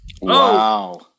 Wow